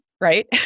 right